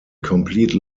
complete